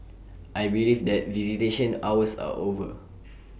I believe that visitation hours are over